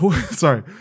Sorry